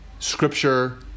Scripture